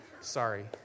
Sorry